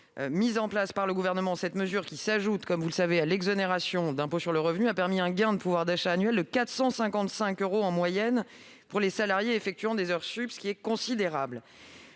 Mise en place par le Gouvernement, cette mesure, qui s'ajoute à l'exonération d'impôt sur le revenu, a permis un gain de pouvoir d'achat annuel de 455 euros en moyenne pour les salariés effectuant des heures supplémentaires, ce qui est considérable.